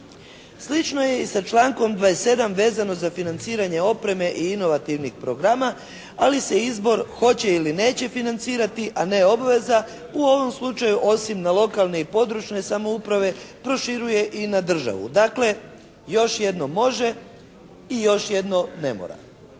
Slično je i sa člankom 27. vezano za financiranje opreme i inovativnih programa ali se izbor hoće ili neće financirati a ne obveza u ovom slučaju osim na lokalne i područne samouprave proširuje i na državu. Dakle, još jedno može i još jedno ne mora.